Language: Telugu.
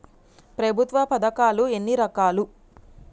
ప్రభుత్వ పథకాలు ఎన్ని రకాలు?